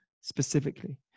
specifically